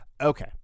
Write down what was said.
Okay